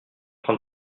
train